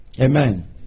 Amen